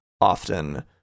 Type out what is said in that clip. often